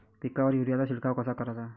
पिकावर युरीया चा शिडकाव कसा कराचा?